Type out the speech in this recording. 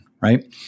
right